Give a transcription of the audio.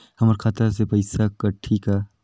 हमर खाता से पइसा कठी का?